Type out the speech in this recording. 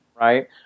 Right